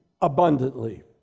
abundantly